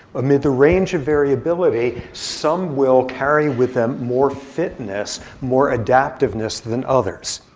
amid the range of variability, some will carry with them more fitness, more adaptiveness, than others.